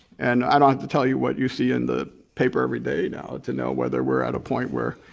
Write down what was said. and i don't have to tell you what you see in the paper every day now to know whether we're at a point where,